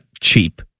cheap